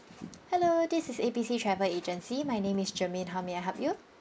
hello this is A B C travel agency my name is germaine how may I help you